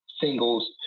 singles